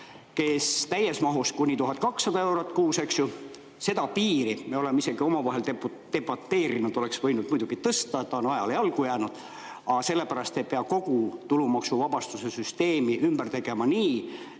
täies mahus kuni 1200 eurot kuus. Seda piiri me oleme omavahel isegi debateerinud, et oleks võinud muidugi tõsta, ta on ajale jalgu jäänud. Aga sellepärast ei pea kogu tulumaksuvabastuse süsteemi ümber tegema nii,